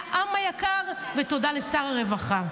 תודה לעם היקר ותודה לשר הרווחה.